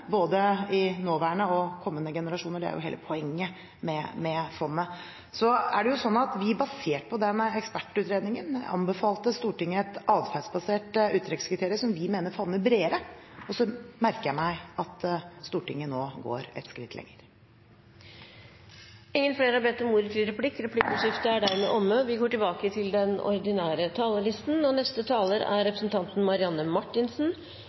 i både nåværende og kommende generasjoner. Det er jo hele poenget med fondet. Så er det sånn at vi, basert på ekspertutredningen, anbefalte Stortinget et atferdsbasert uttrekkskriterium som vi mener favner bredere. Og så merker jeg meg at Stortinget nå går et skritt lenger. Replikkordskiftet er omme. Jeg vil også gjerne starte med å slutte meg til rosen som saksordføreren har fått fra flere av de tidligere talerne her. Han har gjort et veldig solid arbeid, og